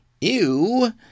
Ew